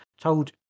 told